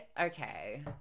okay